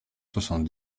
soixante